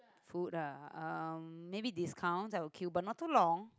food ah maybe discount I will queue but not too long